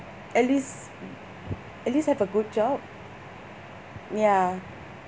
at least at least have a good job ya